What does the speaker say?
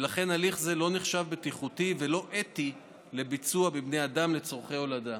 ולכן הליך זה נחשב לא בטיחותי ולא אתי לביצוע בבני אדם לצורכי הולדה.